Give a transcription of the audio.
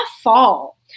fall